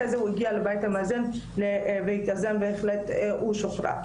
אחרי זה הוא הגיע הביתה והתאזן בהחלט ושוחרר.